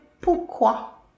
pourquoi